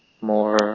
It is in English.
more